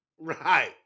Right